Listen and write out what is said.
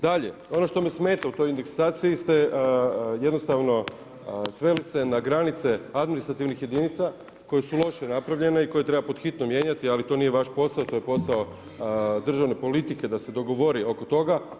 Dalje, ono što me smeta u toj indeksaciji ste jednostavno sveli se na granice administrativnih jedinica koje su loše napravljene i koje treba pod hitno mijenjati, ali to nije vaš posao, to je posao državne politike da se dogovori oko toga.